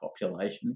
population